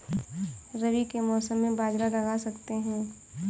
रवि के मौसम में बाजरा लगा सकते हैं?